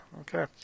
okay